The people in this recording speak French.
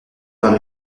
par